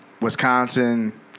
Wisconsin